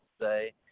say